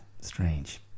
strange